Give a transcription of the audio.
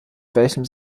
welchem